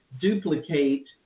duplicate